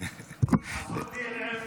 ווליד טאהא (רע"מ,